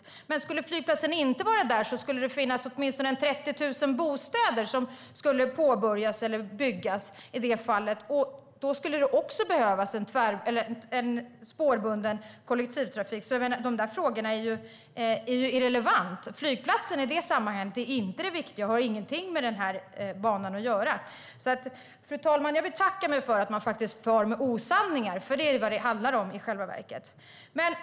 Om inte flygplatsen fanns där skulle åtminstone 30 000 bostäder kunna byggas. Då skulle det också behövas spårbunden kollektivtrafik. Den frågan är alltså irrelevant. Flygplatsen är i det här sammanhanget inte det viktiga och har ingenting med den här banan att göra. Fru talman! Jag betackar mig för att man far med osanning, för det är vad det handlar om i själva verket.